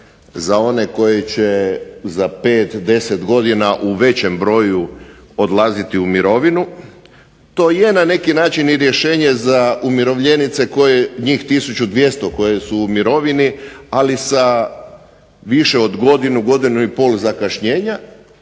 za one koji će za 5, 10 godina u većem broju odlaziti u mirovinu, to je na neki način i rješenje za umirovljenice koje, njih tisuću 200 koje su u mirovini, ali sa više od godinu, godinu i pol zakašnjenja,